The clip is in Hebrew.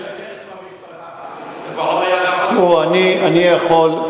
אני יכול,